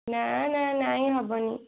ନା ନା ନାହିଁ ହବନି